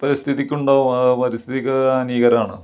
പരിസ്ഥിതിക്കുണ്ടാവും ആ പരിസ്ഥിതിക്ക് അത് ഹാനീകരമാണ്